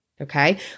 Okay